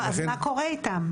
אז מה קורה איתם?